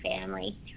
family